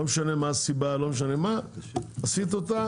לא משנה מה הסיבה - עשית אותה